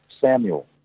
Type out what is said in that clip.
Samuel